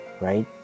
right